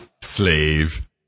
Slave